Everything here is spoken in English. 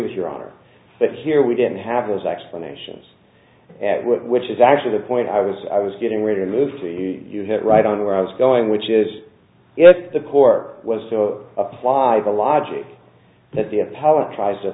with your honor but here we didn't have those explanations which is actually the point i was i was getting ready to move to you hit right on where i was going which is if the court was so apply the logic that the appellant tries to